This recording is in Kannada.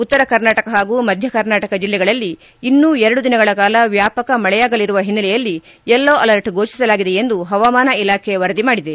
ಉತ್ತರ ಕರ್ನಾಟಕ ಹಾಗೂ ಮಧ್ಯ ಕರ್ನಾಟಕ ಜಿಲ್ಲೆಗಳಲ್ಲಿ ಇನ್ನೂ ಎರಡು ದಿನಗಳ ಕಾಲ ವ್ಯಾಪಕ ಮಳೆಯಾಗಲಿರುವ ಹಿನ್ನೆಲೆಯಲ್ಲಿ ಯೆಲ್ಲೋ ಅಲರ್ಟ್ ಫೋಷಿಸಲಾಗಿದೆ ಎಂದು ಹವಾಮಾನ ಇಲಾಖೆ ವರದಿ ಮಾಡಿದೆ